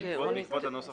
בעקבות הנוסח